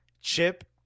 Chip